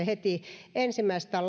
heti ensimmäisestä